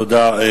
תודה.